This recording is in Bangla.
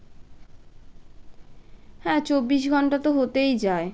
হ্যাঁ চব্বিশ ঘন্টা তো হতেই যায়